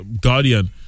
Guardian